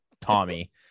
Tommy